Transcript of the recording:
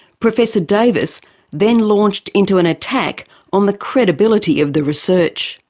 professor davis then launched into an attack on the credibility of the research.